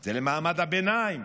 זה למעמד הביניים.